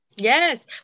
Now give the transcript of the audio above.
Yes